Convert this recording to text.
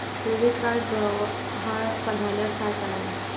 Credit card गहाळ झाल्यास काय करावे?